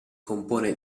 compone